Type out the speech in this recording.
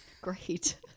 Great